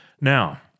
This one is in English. Now